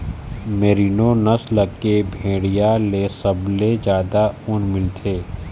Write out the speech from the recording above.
merino नसल के भेड़िया ले सबले जादा ऊन मिलथे